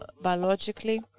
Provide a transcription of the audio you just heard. biologically